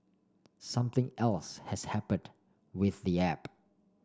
something else has happened with the app